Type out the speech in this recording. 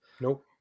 Nope